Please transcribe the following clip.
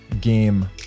game